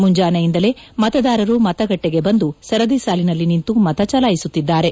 ಮುಂಜಾನೆಯಿಂದಲೇ ಮತೆದಾರರು ಮತೆಗಟ್ಟೆಗೆ ಬಂದು ಸರದಿ ಸಾಲಿನಲ್ಲಿ ನಿಂತು ಮತಚಲಾಯಿಸುತ್ತಿದ್ದಾರೆ